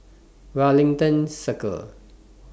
Wellington Circle